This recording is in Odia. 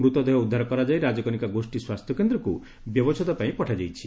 ମୂତଦେହ ଉଦ୍ଧାର କରାଯାଇ ରାଜକନିକା ଗୋଷୀ ସ୍ୱାସ୍ଥ୍ୟକେନ୍ଦ୍ରକୁ ବ୍ୟବଛେଦ ପାଇଁ ପଠାଯାଇଛି